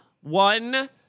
one